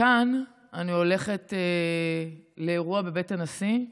מכאן אני הולכת לאירוע בבית הנשיא,